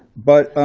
but